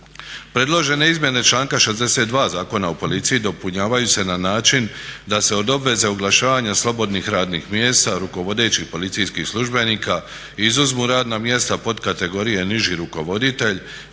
Predložene izmjene članka 62. Zakona o policiji dopunjavaju se na način da se od obveze oglašavanja slobodnih radnih mjesta rukovodećih policijskih službenika izuzmu radna mjesta pod kategorije niži rukovoditelj